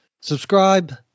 Subscribe